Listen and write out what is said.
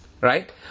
right